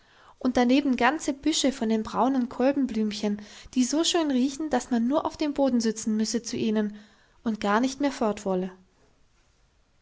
und daneben ganze büsche von den braunen kolbenblümchen die so schön riechen daß man nur auf den boden sitzen müsse zu ihnen und gar nicht mehr fort wolle